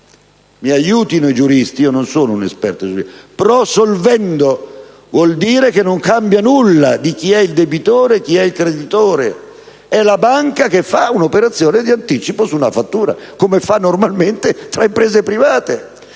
mi aiutino i giuristi, non sono un esperto; ma ciò vuol dire che non cambia nulla rispetto a chi è il debitore e chi è il creditore: è la banca che fa un'operazione di anticipo su una fattura, come fa normalmente tra imprese private.